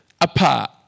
apart